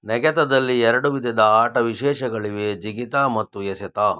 ನೆಗೆತದಲ್ಲಿ ಎರಡು ವಿಧದ ಆಟ ವಿಶೇಷಗಳಿವೆ ಜಿಗಿತ ಮತ್ತು ಎಸೆತ